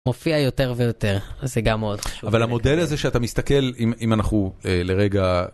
מופיע יותר ויותר, זה גם מאוד חשוב. אבל המודל הזה שאתה מסתכל אם אנחנו לרגע